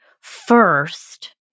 first